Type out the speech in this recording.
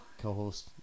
co-host